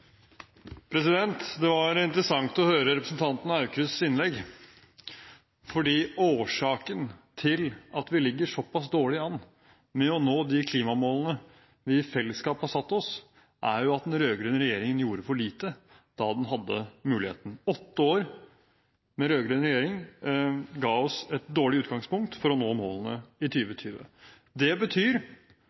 fordi årsaken til at vi ligger såpass dårlig an med å nå de klimamålene vi i fellesskap har satt oss, er at den rød-grønne regjeringen gjorde for lite da den hadde muligheten. Åtte år med rød-grønn regjering ga oss et dårlig utgangspunkt for å nå målene i 2020. Det betyr